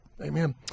Amen